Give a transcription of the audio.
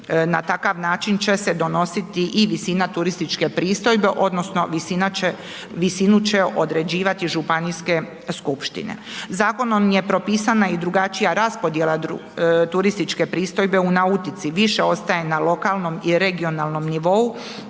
na takav način će se donositi i visina turističke pristojbe odnosno visinu će određivati županijske skupštine. Zakonom je propisana i drugačija raspodjela turističke pristojbe u nautici, više ostaje na lokalnom i regionalnom nivou